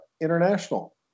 International